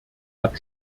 hat